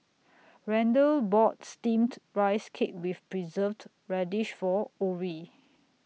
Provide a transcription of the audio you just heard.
Randle bought Steamed Rice Cake with Preserved Radish For Orrie